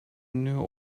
new